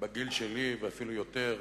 בגיל שלי ואפילו יותר.